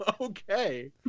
okay